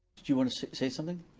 did you wanna say say something?